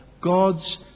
God's